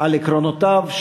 על עקרונותיו,